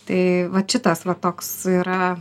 tai vat šitas va toks yra